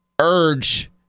urge